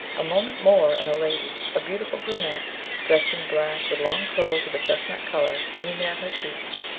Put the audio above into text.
a moment more, and a lady a beautiful brunette dressed in black, with long curls of a chestnut colour hanging down her cheeks,